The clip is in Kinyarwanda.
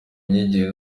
myigire